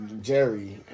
Jerry